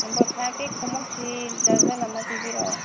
number ꯐꯥꯏꯚꯀꯤ ꯈꯣꯡꯎꯞꯁꯤ dozen ꯑꯃ ꯄꯤꯕꯤꯔꯛꯑꯣ